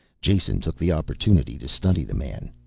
jason took the opportunity to study the man.